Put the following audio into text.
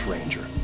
Ranger